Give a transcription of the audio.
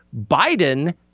Biden